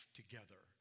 together